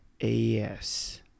Yes